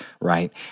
right